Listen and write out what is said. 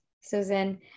Susan